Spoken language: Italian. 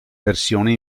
versione